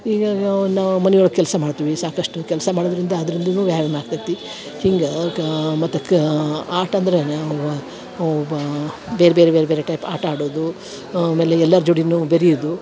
ಈಗ ಗಾ ನಾವು ಮನಿಯೊಳಗ ಕೆಲಸ ಮಾಡ್ತೀವಿ ಸಾಕಷ್ಟು ಕೆಲಸ ಮಾಡೋದರಿಂದ ಅದರಿಂದನೂ ವ್ಯಾಯಾಮ ಆಗ್ತೈತಿ ಹಿಂಗೆ ಕಾ ಮತ್ತು ಕಾ ಆಟ ಅಂದರೆ ನಾವು ಬಾ ಬೇರ್ಬೇರೆ ಬೇರ್ಬೇರೆ ಟೈಪ್ ಆಟ ಆಡೋದೂ ಆಮೇಲೆ ಎಲ್ಲಾರ ಜೋಡಿನೂ ಬೆರಿಯುದು